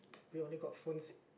we only got phones